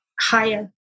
higher